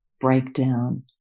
breakdown